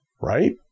Right